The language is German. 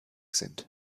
sind